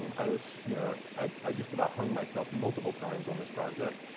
um i was, you know, i just about hung myself multiple times on this project.